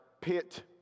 pit